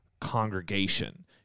congregation